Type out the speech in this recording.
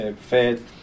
fed